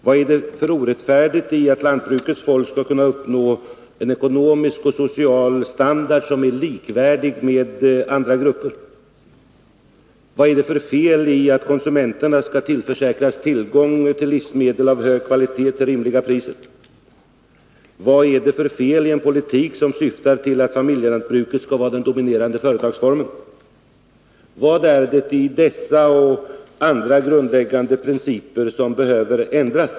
Vad är det för orättfärdigt i att lantbrukets folk skall kunna nå en ekonomisk och social standard som är likvärdig med andra gruppers? Vad är det för fel i att konsumenterna skall tillförsäkras tillgång till livsmedel av hög kvalitet till rimliga priser? Vad är det för fel i en politik som syftar till att familjelantbruket skall vara den dominerande företagsformen? Vad är det i dessa och andra grundläggande principer som behöver ändras?